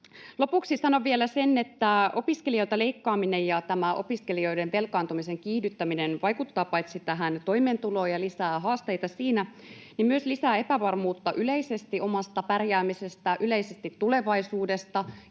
Lopuksi sanon vielä sen, että opiskelijoilta leikkaaminen ja tämä opiskelijoiden velkaantumisen kiihdyttäminen paitsi vaikuttavat tähän toimeentuloon ja lisäävät haasteita siinä myös lisäävät epävarmuutta yleisesti omasta pärjäämisestä, yleisesti tulevaisuudesta.